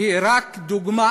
היא רק דוגמה